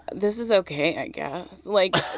this is ok, i guess. like.